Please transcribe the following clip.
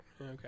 Okay